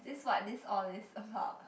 this what this all is about